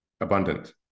abundant